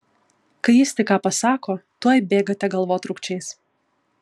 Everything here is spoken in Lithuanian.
kai jis tik ką pasako tuoj bėgate galvotrūkčiais